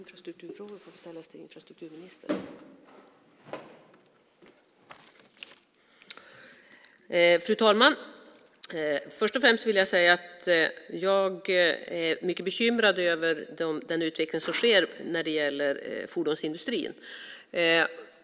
Fru talman! Först och främst vill jag säga att jag är mycket bekymrad över utvecklingen i fordonsindustrin.